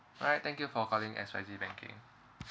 alright thank you for calling X Y Z banking